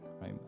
right